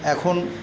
এখন